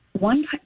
One